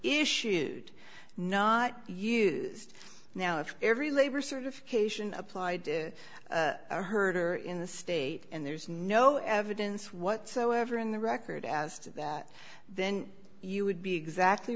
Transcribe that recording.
issued not used now if every labor certification applied to the herder in the state and there's no evidence whatsoever in the record as to that then you would be exactly